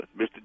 Mr